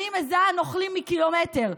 אני מזהה נוכלים מקילומטר,